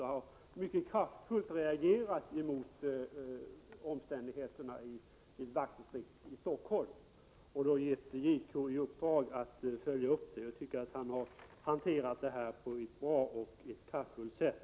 Han har reagerat mycket kraftfullt emot omständigheter vid ett vaktdistrikt i Stockholm och gett JK i uppdrag att följa upp detta. Invandrarministern har alltså hanterat frågan på ett mycket bra och kraftfullt sätt.